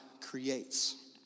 creates